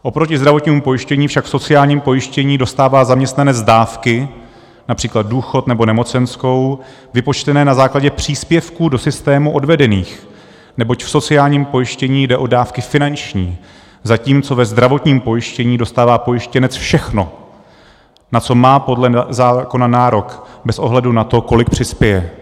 Oproti zdravotnímu pojištění však v sociálním pojištění dostává zaměstnanec dávky, například důchod nebo nemocenskou, vypočtené na základě příspěvků do systému odvedených, neboť v sociálním pojištění jde o dávky finanční, zatímco ve zdravotním pojištění dostává pojištěnec všechno, na co má podle zákona nárok, bez ohledu na to, kolik přispěje.